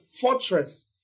fortress